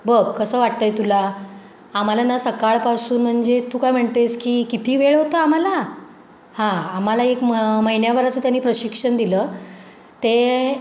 बघ कसं वाटत आहे तुला आम्हाला ना सकाळपासून म्हणजे तू काय म्हणते आहेस की किती वेळ होतं आम्हाला हां आम्हाला एक म महिन्याभराचं त्यांनी प्रशिक्षण दिलं ते